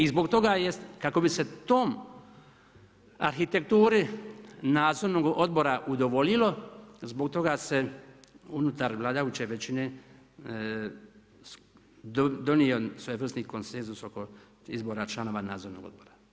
I zbog toga jest kako bi se tom arhitekturi nadzornog odbora udovoljilo zbog toga se unutar vladajuće većine donio svojevrsni konsenzus oko izbora članova nadzornog odbora.